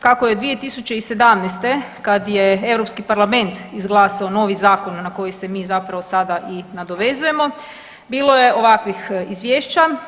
Kako je 2017. kad je EU parlament izglasao novi zakon na koji se mi zapravo sada i nadovezujemo, bilo je ovakvih izvješća.